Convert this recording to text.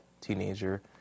teenager